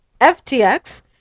FTX